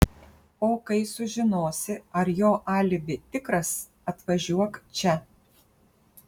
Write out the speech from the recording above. o kai sužinosi ar jo alibi tikras atvažiuok čia